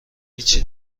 هیچی